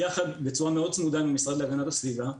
בצורה מאוד צמודה עם המשרד להגנת הסביבה.